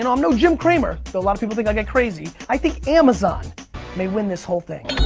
and i'm no jim cramer, though a lot of people think i get crazy. i think amazon may win this whole thing.